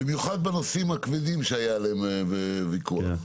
במיוחד בנושאים הכבדים שהיה עליהם ויכוח.